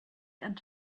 and